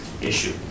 issue